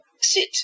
sit